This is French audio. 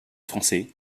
français